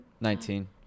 Nineteen